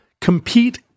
compete